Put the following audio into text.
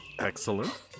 Excellent